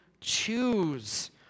choose